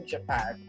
Japan